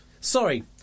Sorry